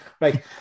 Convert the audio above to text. Right